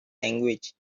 language